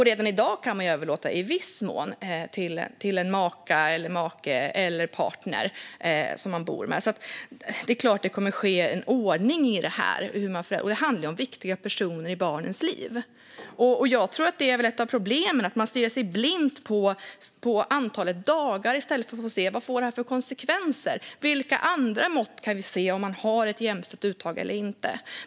Redan i dag kan man i viss mån överlåta dagar till en maka eller make eller partner som man bor med. Det är klart att det kommer att finnas en ordning i hur man gör detta, och det handlar ju om viktiga personer i barnens liv. Jag tror att ett av problemen är att man stirrar sig blind på antalet dagar i stället för att se vad detta får för konsekvenser. Vilka andra mått kan vi se för om man har ett jämställt uttag eller inte?